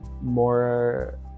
more